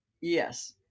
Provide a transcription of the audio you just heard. yes